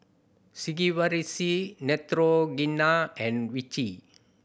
Sigvaris Neutrogena and Vichy